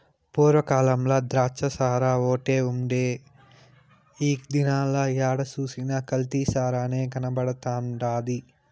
పూర్వ కాలంల ద్రాచ్చసారాఓటే ఉండే ఈ దినాల ఏడ సూసినా కల్తీ సారనే కనబడతండాది